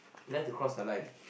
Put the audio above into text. he like to cross the line